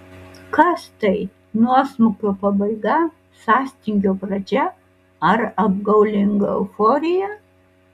kas tai nuosmukio pabaiga sąstingio pradžia ar apgaulinga euforija